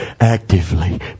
Actively